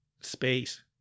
space